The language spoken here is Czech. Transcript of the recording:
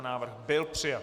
Návrh byl přijat.